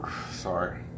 sorry